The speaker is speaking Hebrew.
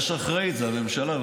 יש אחראית, וזו הממשלה.